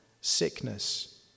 sickness